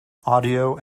audio